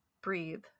breathe